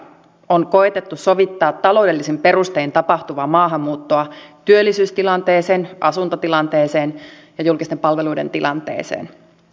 on koetettu sovittaa taloudellisin perustein tapahtuvaa maahanmuuttoa työllisyystilanteeseen asuntotilanteeseen ja julkisten palveluiden tilanteeseen